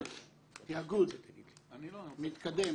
התיאגוד מתקדם